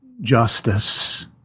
justice